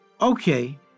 okay